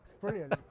Brilliant